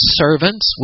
servants